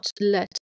let